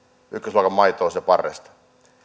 ykkösluokan maitoa sieltä parresta